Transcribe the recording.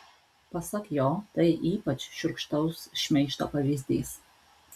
pasak jo tai ypač šiurkštaus šmeižto pavyzdys